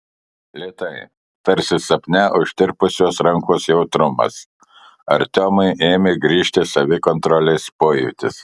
lėtai tarsi sapne užtirpusios rankos jautrumas artiomui ėmė grįžti savikontrolės pojūtis